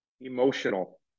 emotional